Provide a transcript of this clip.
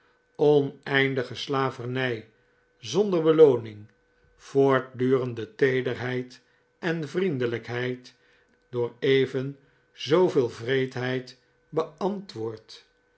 oneindige slavernij zonder belooning voortdurende teederheid en vriendelijkheid door even zooveel wreedheid beantwoord